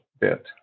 bit